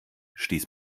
stieß